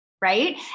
right